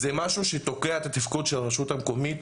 זה משהו שתוקע את התפקוד של הרשות המקומית,